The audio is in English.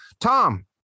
Tom